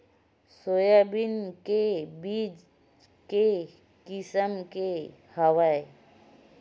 Soybean के बीज के किसम के हवय?